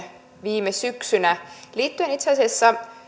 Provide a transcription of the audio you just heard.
viime syksynä liittyen itse asiassa